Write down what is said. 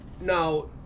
now